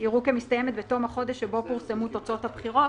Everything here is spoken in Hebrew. יראו כמסתיימת בתום החודש שבו פורסמו תוצאות הבחירות